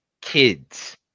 kids